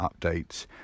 updates